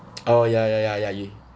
oh ya ya ya ya ya